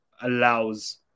allows